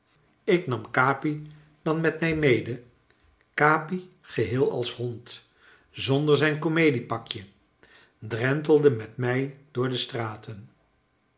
ik nam capi dan met mij mede capi geheel als hond zonder zijn comediepakje drentelde met mij door de straten